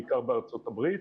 בעיקר בארצות הברית.